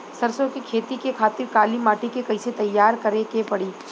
सरसो के खेती के खातिर काली माटी के कैसे तैयार करे के पड़ी?